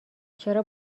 چرا